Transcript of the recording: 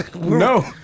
No